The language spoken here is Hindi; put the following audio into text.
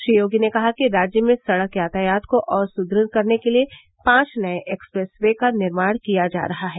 श्री योगी ने कहा कि राज्य में सड़क यातायात को और सुदृढ़ करने के लिये पांच नये एक्सप्रेस वे का निर्माण किया जा रहा है